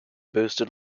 boosted